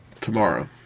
Tomorrow